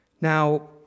now